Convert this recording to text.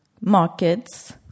markets